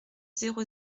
zéro